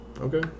Okay